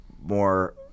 more